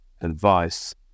advice